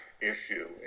issue